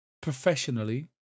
professionally